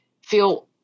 feel